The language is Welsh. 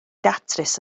datrys